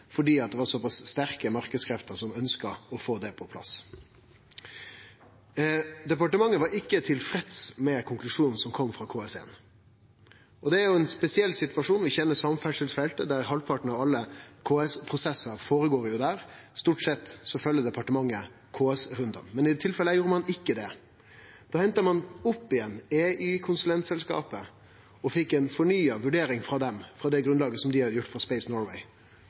fordi det var så pass sterke marknadskrefter som ønskte å få det på plass. Departementet var ikkje tilfreds med konklusjonen som kom frå KS1, og det er jo ein spesiell situasjon. Vi kjenner samferdselsfeltet, der halvparten av alle KS-prosessar går føre seg. Stort sett følgjer departementet KS-rundane, men i dette tilfellet gjorde ein ikkje det. Da henta ein opp igjen EY, konsulentselskapet, og fekk ei fornya vurdering frå dei, på grunnlag av det dei hadde gjort for Space Norway, der dei